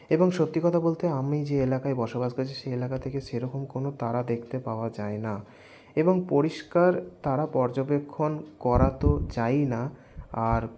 এবং সত্যি কথা বলতে আমি যে এলাকায় বসবাস করি সেই এলাকা থেকে সেরকম কোন তারা দেখতে পাওয়া যায়না এবং পরিষ্কার তারা পর্যবেক্ষণ করা তো যায়ইনা আর